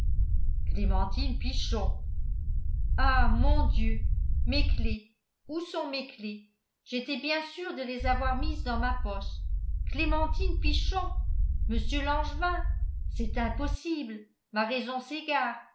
clémentine pichon ah mon dieu mes clefs où sont mes clefs j'étais bien sûre de les avoir mises dans ma poche clémentine pichon mr langevin c'est impossible ma raison s'égare